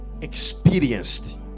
experienced